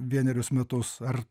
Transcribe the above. vienerius metus ar